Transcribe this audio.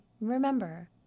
Remember